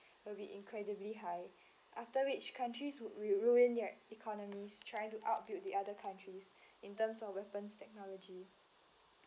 will be incredibly high after which countries would ruin their economies trying to out build the other countries in terms of weapons technology